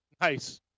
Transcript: Nice